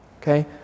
Okay